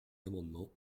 amendements